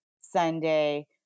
Sunday